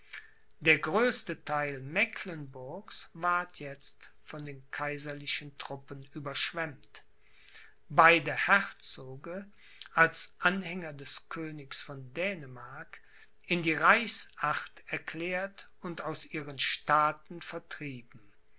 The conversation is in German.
der größte theil mecklenburgs ward jetzt von den kaiserlichen truppen überschwemmt beide herzoge als anhänger des königs von dänemark in die reichsacht erklärt und aus ihren staaten vertrieben